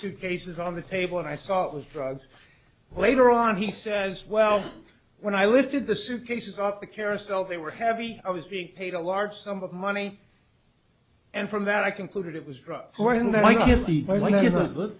suitcases on the table and i saw it was drugs later on he says well when i lifted the suitcases off the carousel they were heavy i was being paid a large sum of money and from that i concluded it was drug